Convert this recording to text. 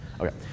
Okay